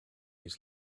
his